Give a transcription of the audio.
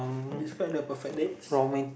describe the perfect dates